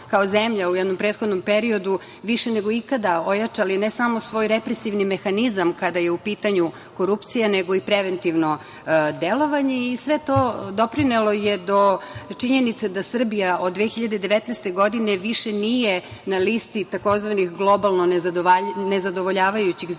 u jednom prethodnom periodu više nego ikada ojačali ne samo svoj represivni mehanizam kada je u pitanju korupcija, nego i preventivno delovanje i sve to doprinelo je do činjenice da Srbija od 2019. godine više nije na listi tzv. globalno nezadovoljavajućih zemalja